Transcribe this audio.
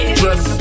dress